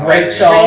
Rachel